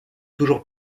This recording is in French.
toujours